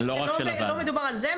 לא מדובר על זה,